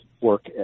work